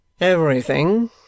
Everything